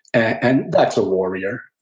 and that's a warrior.